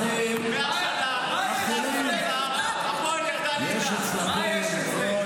אני אגיד לך איפה